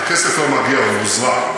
הכסף כבר מגיע, הוא מוזרם.